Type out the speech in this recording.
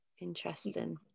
interesting